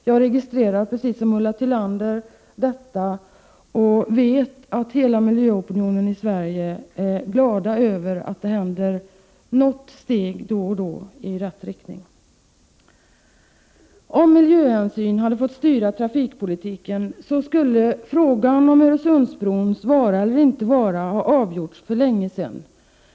Jag registrerar detta, liksom Ulla Tillander, och jag vet att alla inom miljöopinionen i Sverige är glada över att något steg då och då tas i rätt riktning. Om miljöhänsyn hade fått styra trafikpolitiken skulle frågan om Öresundsbrons vara eller inte vara ha avgjorts för länge sedan.